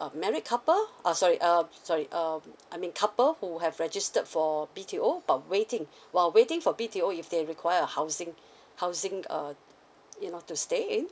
uh married couple uh sorry err sorry um I mean couple who have registered for B_T_O but waiting while waiting for B_T_O if they require a housing housing err you know to stay in